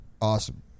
awesome